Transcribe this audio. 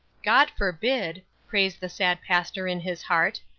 god forbid, prays the sad pastor in his heart,